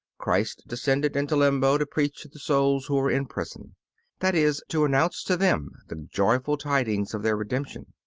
christ descended into limbo to preach to the souls who were in prison that is, to announce to them the joyful tidings of their redemption.